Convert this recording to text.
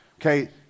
Okay